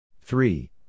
Three